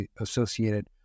associated